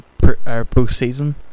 postseason